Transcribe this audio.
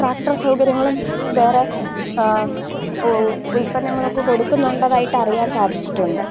tractor സൗകര്യങ്ങളും വേറെ ഉ ഉത്പന്നങ്ങളൊക്കെ കൊടുക്കുന്നുണ്ടതായിട്ട് അറിയാന് സാധിച്ചിട്ടുണ്ട്